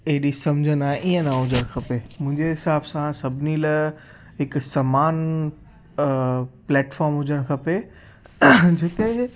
अहिड़ी समुझ न इअं न हुजणु खपे मुंहिंजे हिसाब सां सभिनी लाइ हिकु समान प्लैटफॉम हुजणु खपे जिते